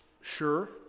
sure